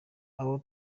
aho